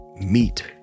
Meet